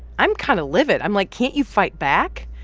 i'm kind of livid. i'm like, can't you fight back?